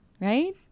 right